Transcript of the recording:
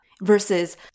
Versus